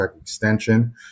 extension